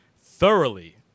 thoroughly